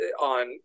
on